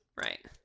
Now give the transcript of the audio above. Right